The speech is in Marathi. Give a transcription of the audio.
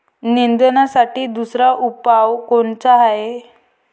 निंदनासाठी दुसरा उपाव कोनचा हाये?